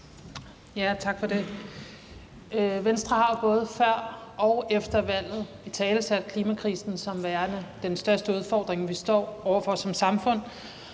Tak for det. Venstre har jo både før og efter valget italesat klimakrisen som værende den største udfordring, vi står over for som samfund,